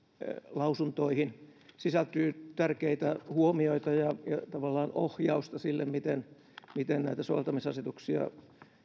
lausuntoihin sisältyy tärkeitä huomioita ja tavallaan ohjausta sille miten miten näitä soveltamisasetuksia